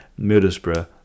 Middlesbrough